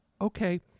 okay